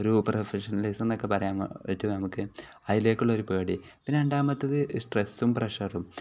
ഒരു പ്രൊഫഷണലിസം എന്നൊക്കെ പറയാൻ പറ്റും നമുക്ക് അതിലേക്ക് ഉള്ളൊരു പേടി പിന്നെ രണ്ടാമത്തത് സ്ട്രെസ്സും പ്രഷറും